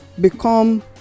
become